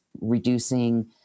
reducing